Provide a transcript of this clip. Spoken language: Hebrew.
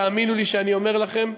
תאמינו לי כשאני אומר לכם,